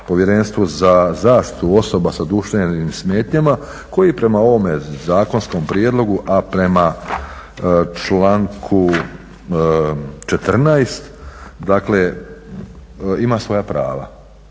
Povjerenstvo za zaštitu osoba sa duševnim smetnjama koji prema ovome zakonskom prijedlogu, a prema članku 14., dakle ima svoja prava.